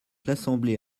l’assemblée